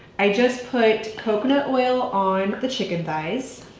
i just put coconut oil on the chicken thighs.